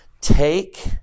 take